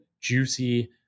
juicy